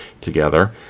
together